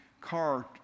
car